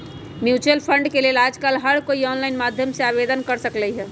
mutual fund के लेल आजकल हर कोई ऑनलाईन माध्यम से आवेदन कर सकलई ह